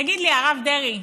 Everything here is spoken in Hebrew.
תגיד לי, הרב דרעי,